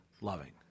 loving